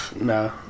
No